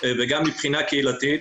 וגם מבחינה קהילתית.